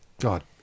God